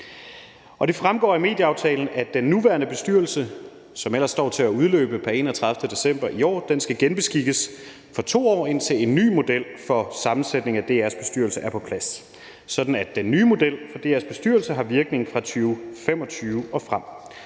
Det fremgår af medieaftalen, at den nuværende bestyrelse, som ellers står til at udløbe pr. 31. december i år, skal genbeskikkes for 2 år, indtil en ny model for sammensætning af DR's bestyrelse er på plads, sådan at den nye model for DR's bestyrelse har virkning fra 2025 og frem.